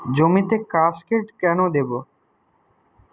জমিতে কাসকেড কেন দেবো?